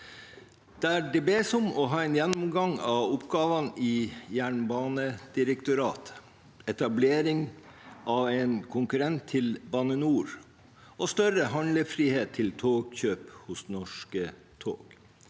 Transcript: Det bes om en gjennomgang av oppgavene i Jernbanedirektoratet, etablering av en konkurrent til Bane NOR og større handlefrihet til togkjøp hos Norske tog.